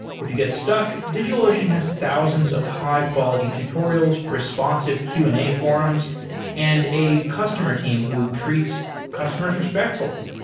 if you get stuck, digitalocean has thousands of high-quality tutorials, responsive q and a forums and a customer team who treats customers respectfully.